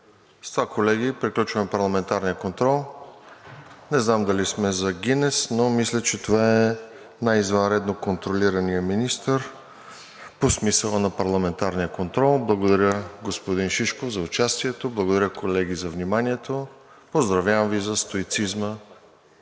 С това, колеги, приключваме парламентарния контрол. Не знам дали сме за „Гинес“, но мисля, че това е най извънредно контролираният министър по смисъла на парламентарния контрол. Благодаря, господин Шишков, за участието! Благодаря, колеги, за вниманието! Поздравявам Ви за стоицизма,